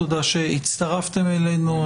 תודה שהצטרפתם אלינו.